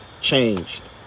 changed